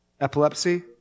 Epilepsy